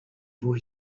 boy